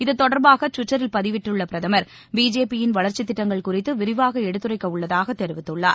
இது தொடர்பாக ட்விட்டரில் பதிவிட்டுள்ள பிரதமர் பிஜேபியின் வளர்ச்சித் திட்டங்கள் குறித்து விரிவாக எடுத்துரைக்க உள்ளதாக தெரிவித்துள்ளார்